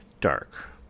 dark